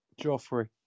Joffrey